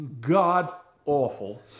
God-awful